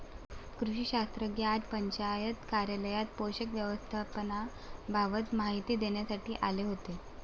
कृषी शास्त्रज्ञ आज पंचायत कार्यालयात पोषक व्यवस्थापनाबाबत माहिती देण्यासाठी आले होते